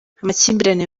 amakimbirane